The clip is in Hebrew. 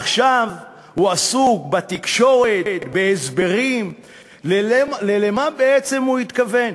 עכשיו הוא עסוק בתקשורת בהסברים למה בעצם הוא התכוון.